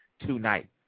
tonight